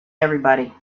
everybody